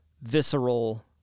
visceral